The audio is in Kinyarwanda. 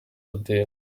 amb